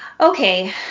Okay